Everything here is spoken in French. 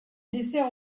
dessert